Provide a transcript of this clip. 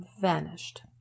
vanished